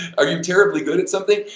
are you terribly good at something?